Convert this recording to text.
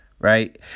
Right